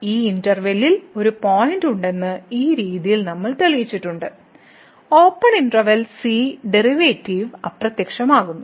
ഈ ഇന്റെർവെല്ലിൽ ഒരു പോയിന്റ് ഉണ്ടെന്ന് ഈ രീതിയിൽ നമ്മൾ തെളിയിച്ചിട്ടുണ്ട് ഓപ്പൺ ഇന്റെർവെല്ലിൽ c ഡെറിവേറ്റീവ് അപ്രത്യക്ഷമാകുന്നു